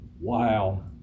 wow